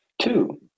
Two